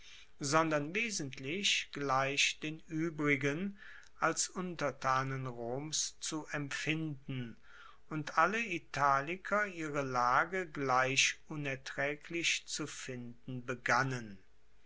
sondern wesentlich gleich den uebrigen als untertanen roms zu empfinden und alle italiker ihre lage gleich unertraeglich zu finden begannen